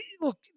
look